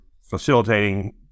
facilitating